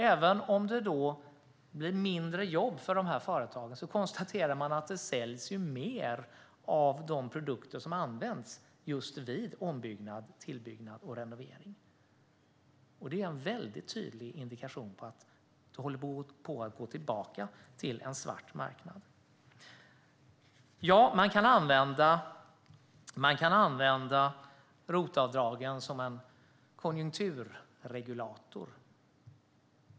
Även om det då blir mindre jobb för de här företagen konstaterar man att det säljs mer av de produkter som används just vid ombyggnad, tillbyggnad och renovering. Det är en tydlig indikation på en återgång till en svart marknad. Ja, man kan använda ROT-avdragen som en konjunkturregulator.